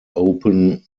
open